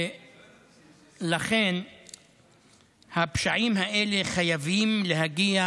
ולכן הפשעים האלה חייבים להגיע